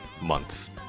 months